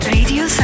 Radio